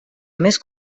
més